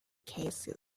cases